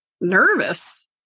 nervous